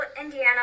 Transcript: Indiana